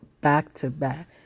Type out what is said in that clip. Back-to-back